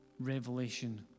revelation